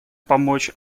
помочь